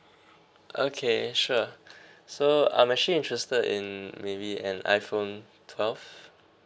okay sure so I'm actually interested in maybe an iPhone twelve